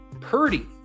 Purdy